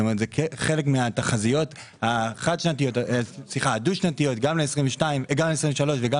חלק מהתחזיות הדו-שנתיות גם ל-2023 וגם